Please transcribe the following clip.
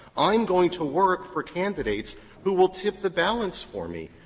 i'm going to work for candidates who will tip the balance for me,